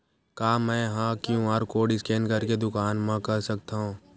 का मैं ह क्यू.आर कोड स्कैन करके दुकान मा कर सकथव?